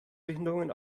behinderungen